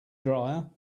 dryer